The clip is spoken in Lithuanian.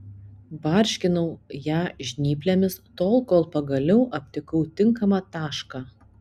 barškinau ją žnyplėmis tol kol pagaliau aptikau tinkamą tašką